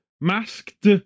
Masked